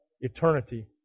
eternity